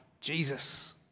Jesus